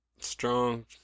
Strong